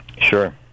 Sure